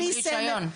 בלי סמל,